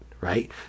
right